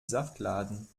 saftladen